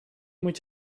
moet